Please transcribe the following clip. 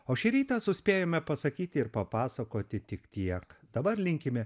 o šį rytą suspėjome pasakyti ir papasakoti tik tiek dabar linkime